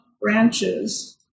branches